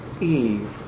Eve